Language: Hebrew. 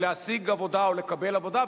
להשיג עבודה או לקבל עבודה,